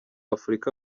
afurika